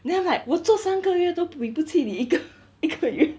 then I'm like 我做三个月都比不起你一个你一个月